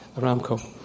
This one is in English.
Aramco